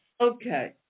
Okay